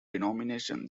denomination